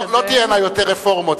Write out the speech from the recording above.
לא תהיינה יותר רפורמות,